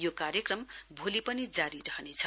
यो कार्यक्रम भोलि पनि जारी रहनेछ